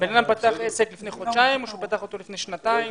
בן אדם פתח עסק לפני חודשיים או שהוא פתח אותו לפני שנתיים,